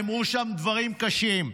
נאמרו שם דברים קשים,